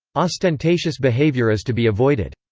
ostentatious behaviour is to be avoided.